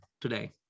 today